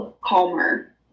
calmer